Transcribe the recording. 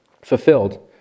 fulfilled